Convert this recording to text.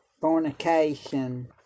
fornication